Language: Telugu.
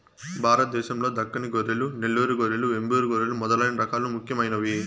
భారతదేశం లో దక్కని గొర్రెలు, నెల్లూరు గొర్రెలు, వెంబూరు గొర్రెలు మొదలైన రకాలు ముఖ్యమైనవి